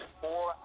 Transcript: four